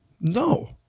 No